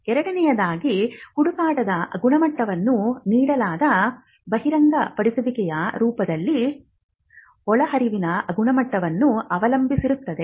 ಎರಡನೆಯದಾಗಿ ಹುಡುಕಾಟದ ಗುಣಮಟ್ಟವು ನೀಡಲಾದ ಬಹಿರಂಗಪಡಿಸುವಿಕೆಯ ರೂಪದಲ್ಲಿ ಒಳಹರಿವಿನ ಗುಣಮಟ್ಟವನ್ನು ಅವಲಂಬಿಸಿರುತ್ತದೆ